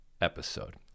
episode